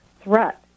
threat